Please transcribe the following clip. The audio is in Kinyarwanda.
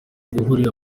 guhurira